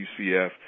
UCF